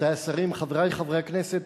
רבותי השרים, חברי חברי הכנסת,